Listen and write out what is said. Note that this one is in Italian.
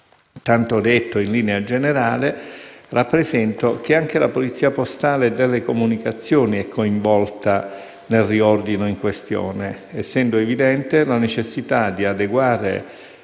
Tanto detto in linea generale, rappresento che anche la Polizia postale e delle comunicazioni è coinvolta nel riordino in questione, essendo evidente la necessità di adeguarne